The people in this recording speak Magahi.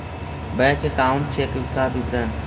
बैक अकाउंट चेक का विवरण?